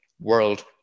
world